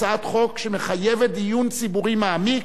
הצעת חוק שמחייבת דיון ציבורי מעמיק.